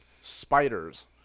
Spiders